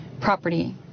property